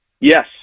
Yes